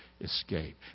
escape